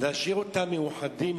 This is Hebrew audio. להשאיר אותם מאוחדים,